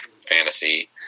fantasy